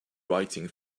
writing